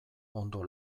ondo